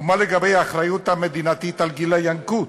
ומה לגבי האחריות המדינתית לגיל הינקות,